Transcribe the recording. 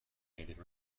canadian